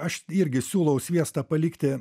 aš irgi siūlau sviestą palikti